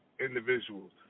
individuals